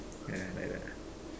yeah like that